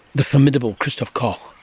the formidable christof koch,